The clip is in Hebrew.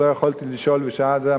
לא יכולתי לשאול בשעה שזה עלה,